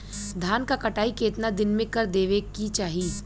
धान क कटाई केतना दिन में कर देवें कि चाही?